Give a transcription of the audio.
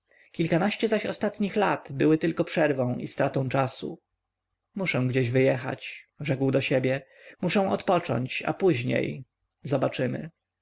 kilkanaście zaś ostatnich lat były tylko przerwą i stratą czasu muszę gdzieś wyjechać rzekł do siebie muszę odpocząć a później zobaczymy